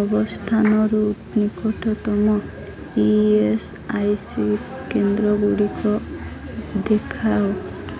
ଅବସ୍ଥାନରୁ ନିକଟତମ E S I C କେନ୍ଦ୍ର ଗୁଡ଼ିକ ଦେଖାଅ